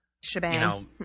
shebang